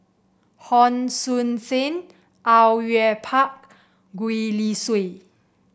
Hon Sui Sen Au Yue Pak Gwee Li Sui